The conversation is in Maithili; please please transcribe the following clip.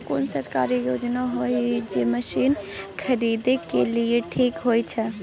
कोन सरकारी योजना होय इ जे मसीन खरीदे के लिए ठीक होय छै?